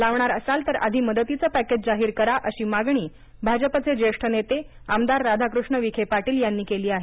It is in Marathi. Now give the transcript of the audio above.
लावणार असाल तर आधी मदतीचं पॅकेज जाहीर करा अशी मागणी भाजपचे जेष्ठ नेते आमदार राधाकृष्ण विखे पाटील यांनी केली आहे